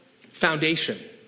foundation